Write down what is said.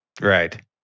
Right